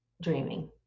dreaming